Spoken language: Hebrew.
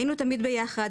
היינו תמיד ביחד,